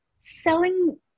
selling